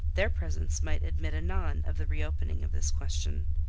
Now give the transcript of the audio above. their presence might admit anon of the reopening of this question.